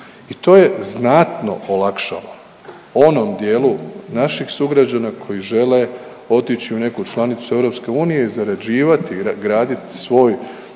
i to je znatno olakšalo onom dijelu naših sugrađana koji žele otići u neku članicu EU i zarađivati, graditi svoj